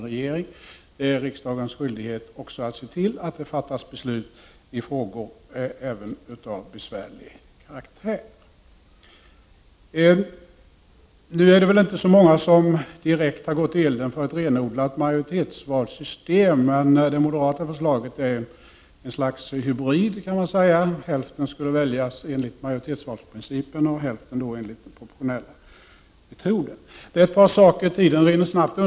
Det är riksdagens skyldighet att också se till att det fattas beslut i frågor av besvärlig karaktär. Nu är det väl inte så många som direkt gått i elden för ett renodlat majoritetsvalsystem. Det moderata förslaget är ett slags hybrid: Hälften skulle väljas enligt majoritetsvalsprincipen, hälften enligt den proportionella.